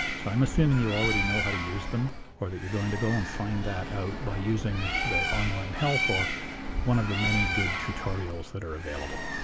so i'm assuming you already know how to use them or that you're going to go and find that out by using the online help or one of the many good tutorials that are available.